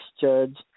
judge